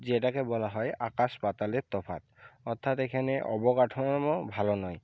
যেটাকে বলা হয় আকাশ পাতালের তফাৎ অর্থাৎ এখানে অবকাঠামো ভালো নয়